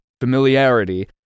familiarity